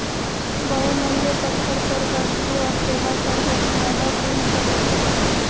बहुमूल्य पत्थर पर वस्तु और सेवा कर दशमलव तीन प्रतिशत हय